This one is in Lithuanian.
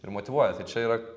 ir motyvuoja tai čia yra